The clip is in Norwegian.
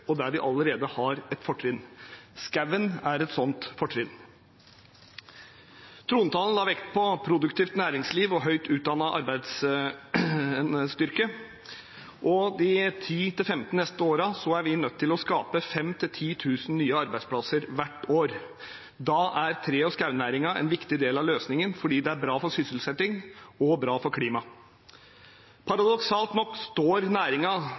og der vi allerede har fortrinn. Skogen er et slikt fortrinn. Trontalen la vekt på produktivt næringsliv og høyt utdannet arbeidsstyrke. De neste 10–15 årene er vi nødt til å skape 5 000–10 000 nye arbeidsplasser hvert år. Da er tre- og skognæringen en viktig del av løsningen, fordi det er bra for sysselsetting og bra for klimaet. Paradoksalt nok står